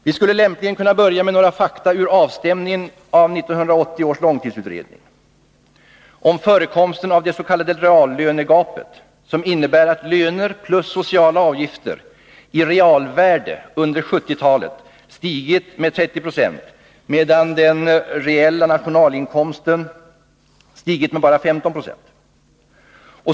Vi kunde lämpligen börja med några fakta ur avstämningen av 1980 års långstidsutredning, om förekomsten av det s.k. reallönegapet, som innebär att löner plus sociala avgifter i realvärde under 1970-talet stigit med 30 20 medan den reala nationalinkomsten stigit med bara 15 96 .